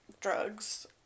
drugs